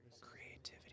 Creativity